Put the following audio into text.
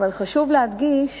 אבל חשוב להדגיש